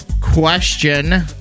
Question